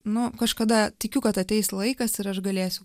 nu kažkada tikiu kad ateis laikas ir aš galėsiu